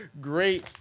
Great